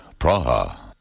Praha